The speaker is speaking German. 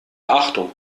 achtung